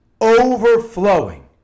overflowing